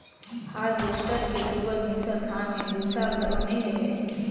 harvester के लुअल मिसल धान में भूसा घलो नई रहें